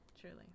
truly